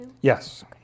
Yes